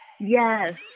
Yes